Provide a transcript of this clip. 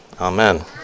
Amen